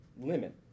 limit